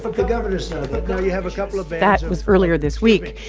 the governors have a couple of. but that was earlier this week.